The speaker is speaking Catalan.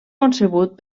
concebut